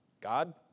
God